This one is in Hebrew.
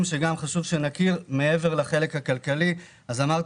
מעבר לחלק הכלכלי יש מספר פרויקטים חשובים שאנחנו עושים.